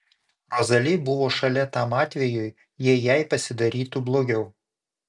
rozali buvo šalia tam atvejui jei jai pasidarytų blogiau